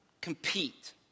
compete